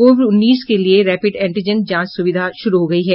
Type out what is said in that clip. Covid उन्नीस के लिए रैपिड एंटीजेन जांच सुविधा शुरू हो गयी है